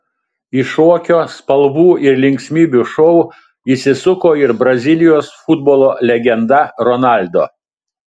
į šokio spalvų ir linksmybių šou įsisuko ir brazilijos futbolo legenda ronaldo